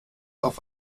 auf